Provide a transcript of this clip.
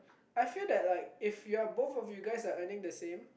I feel that like if you're both of you guys are earning the same